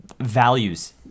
values